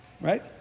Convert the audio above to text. Right